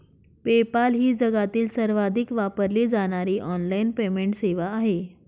PayPal ही जगातील सर्वाधिक वापरली जाणारी ऑनलाइन पेमेंट सेवा आहे